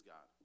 God